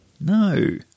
No